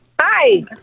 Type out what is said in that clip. Hi